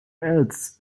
else